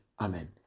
amen